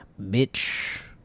Bitch